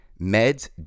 Meds